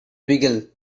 beagle